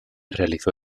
realizó